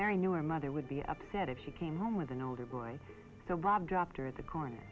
your mother would be upset if she came home with an older boy so bob dropped her at the corner